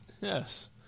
Yes